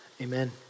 amen